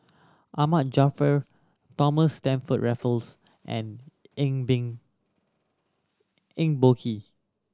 Ahmad Jaafar Thomas Stamford Raffles and Eng Eng Boh Kee